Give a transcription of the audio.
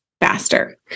faster